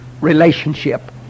relationship